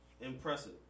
Impressive